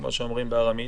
כפי שאומרים בארמית,